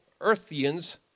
earthians